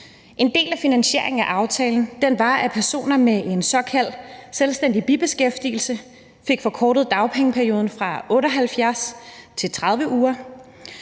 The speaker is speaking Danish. En del af finansieringen af aftalen var, at personer med en såkaldt selvstændig bibeskæftigelse fik forkortet dagpengeperioden fra 78 til 30 uger,